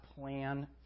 plan